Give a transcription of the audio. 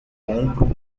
compram